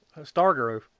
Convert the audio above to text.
Stargrove